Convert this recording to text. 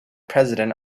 president